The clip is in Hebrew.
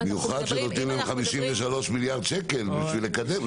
בפרט כשנותנים להם 53 מיליארד שקל כדי לקדם.